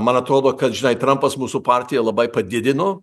man atrodo kad žinai trampas mūsų partiją labai padidino